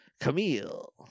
Camille